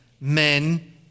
men